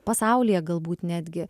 pasaulyje galbūt netgi